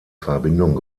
verbindung